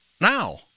now